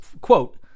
quote